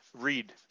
read